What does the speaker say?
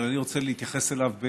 אבל אני רוצה להתייחס אליו,